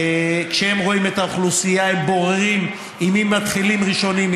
וכשהם רואים את האוכלוסייה הם בוררים עם מי מתחילים ראשונים,